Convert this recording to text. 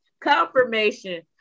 confirmation